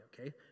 okay